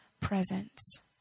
presence